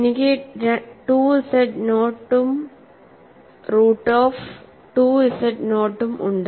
എനിക്ക് 2 z നോട്ടും root of 2 z നോട്ടും ഉണ്ട്